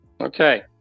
Okay